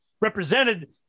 represented